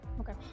okay